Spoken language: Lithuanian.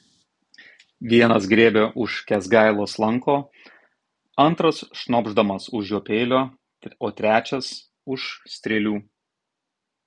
vienas griebia už kęsgailos lanko antras šnopšdamas už jo peilio o trečias už strėlių